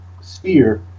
sphere